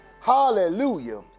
Hallelujah